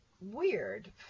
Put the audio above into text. weird